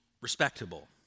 respectable